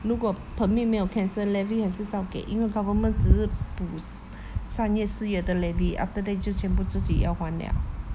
如果 permit 没有 cancel levy 还是照给因为 government 只是补商业失业的 levy after that 就全部自己要还了